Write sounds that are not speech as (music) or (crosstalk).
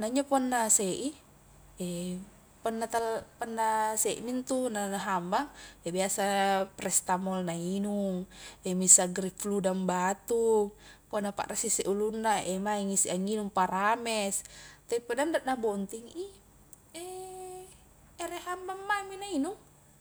nainjo punna se i, (hesitation) punna tala punna se mi intu na nahabang e biasa prestamol nainung, (hesitation) misagrip flu dan batuk, punna parrisi sse ulunna (hesitation) maingi isse anginung parames, tapi punna anre nabontingi i (hesitation) ere hambang mami nainung.